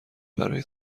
برای